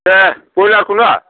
दे ब्रइलारखौनो